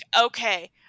okay